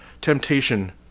temptation